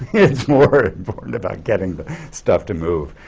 it's more important about getting the stuff to move.